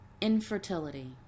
Infertility